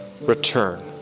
return